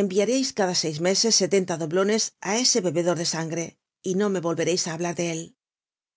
enviareis cada seis meses sesenta doblones á ese bebedor de sangre y no me volvereis á hablar de él